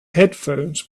headphones